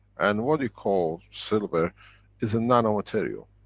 and what you call silver is a nano material.